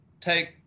take